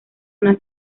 una